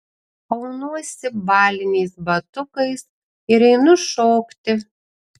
aunuosi baliniais batukais ir einu šokti